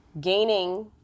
gaining